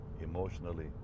emotionally